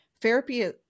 Therapy